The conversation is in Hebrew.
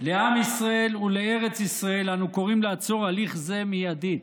לעם ישראל ולארץ ישראל אנו קוראים לעצור הליך זה מיידית.